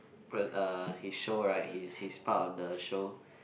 pr~ uh his show right he is he is part of the show